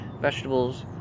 vegetables